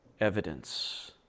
evidence